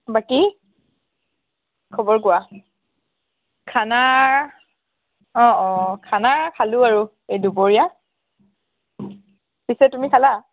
বাকি খবৰ কোৱা খানাৰ অ অ খানা খালোঁ আৰু এই দুপৰীয়া পিছে তুমি খালা